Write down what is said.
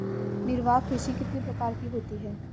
निर्वाह कृषि कितने प्रकार की होती हैं?